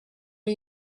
are